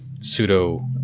pseudo